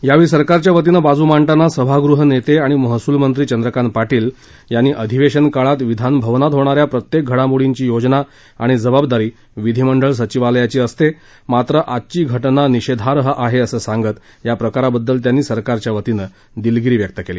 यावेळी सरकारच्या वतीनं बाजू मांडताना सभागृह नेते आणि महसूल मंत्री चंद्रकांत पाटील यांनी अधिवेशन काळात विधानभवनात होणाऱ्या प्रत्येक घडामोडीची योजना आणि जबाबदारी विधिमंडळ सचिवालयाची असते मात्र आजची घटना निषेधार्ह आहे असं सांगत या प्रकाराबद्दल सरकारच्या वतीनं दिलगिरी व्यक्त केली